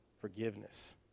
forgiveness